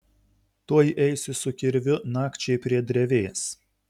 tuoj eisiu su kirviu nakčiai prie drevės